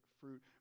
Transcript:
fruit